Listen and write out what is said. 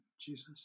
Jesus